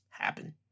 happen